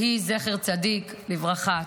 יהי זכר צדיק לברכה.